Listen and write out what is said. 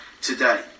today